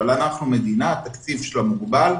אבל אנחנו מדינה, התקציב שלה מוגבל.